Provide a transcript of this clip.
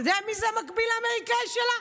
אתה יודע מי זה המקביל האמריקאי שלה?